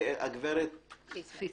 גברת פיסמן,